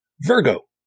Virgo